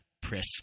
press